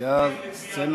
לא הממשלה